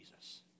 Jesus